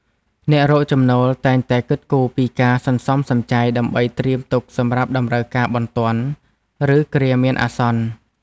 អ្នករកចំណូលតែងតែគិតគូរពីការសន្សំសំចៃដើម្បីត្រៀមទុកសម្រាប់តម្រូវការបន្ទាន់ ឬគ្រាមានអាសន្ន។